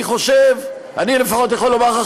אני לפחות יכול לומר לך,